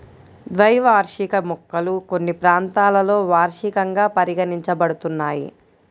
ద్వైవార్షిక మొక్కలు కొన్ని ప్రాంతాలలో వార్షికంగా పరిగణించబడుతున్నాయి